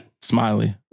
Smiley